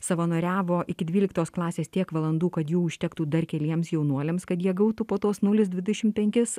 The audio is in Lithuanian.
savanoriavo iki dvyliktos klasės tiek valandų kad jų užtektų dar keliems jaunuoliams kad jie gautų po tuos nulis dvidešimt penkis